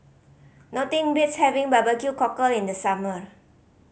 nothing beats having barbecue cockle in the summer